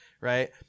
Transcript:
right